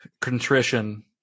contrition